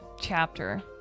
chapter